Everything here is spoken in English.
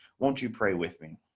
won't you pray with me.